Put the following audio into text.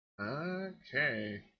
okay